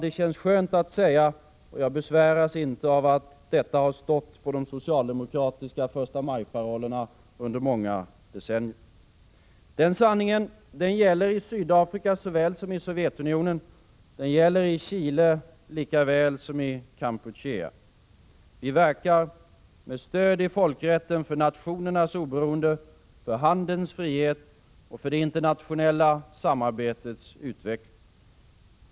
Det känns skönt att säga detta, och jag besväras inte av att detta har ingått i de socialdemokratiska förstamajparollerna under många decennier. Denna sanning gäller i Sydafrika såväl som i Sovjetunionen, i Chile likaväl som i Kampuchea. Vi verkar, med stöd i folkrätten, för nationernas oberoende, för handelns frihet och för det internationella samarbetets utveckling.